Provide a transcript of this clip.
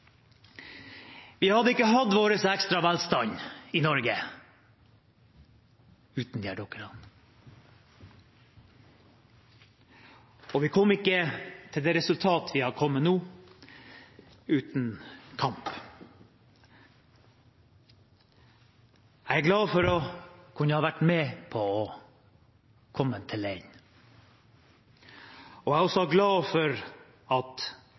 Vi hadde ikke hatt vår ekstra velstand i Norge uten disse dykkerne. Vi hadde ikke kommet til det resultat vi har kommet til nå, uten kamp. Jeg er glad for å ha vært med på å komme til enden. Jeg er også glad for at